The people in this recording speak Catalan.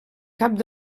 cap